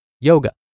yoga